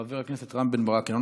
חבר הכנסת מתן כהנא,